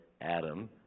Adam